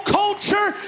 culture